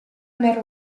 nel